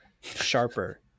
sharper